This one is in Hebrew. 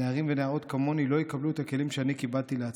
נערים ונערות כמוני לא יקבלו את הכלים שאני קיבלתי להצלחה.